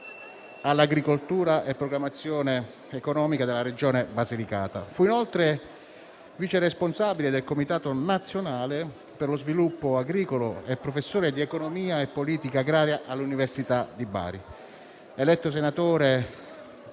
all'agricoltura e programmazione economica della Regione Basilicata. Fu inoltre vice responsabile del Comitato nazionale per lo sviluppo agricolo e professore di economia e politica agraria all'Università di Bari.